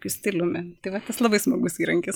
kokiu stiliumi tai va tas labai smagus įrankis